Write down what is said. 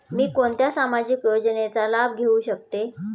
मी कोणत्या सामाजिक योजनेचा लाभ घेऊ शकते?